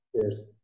Cheers